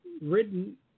written